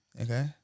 Okay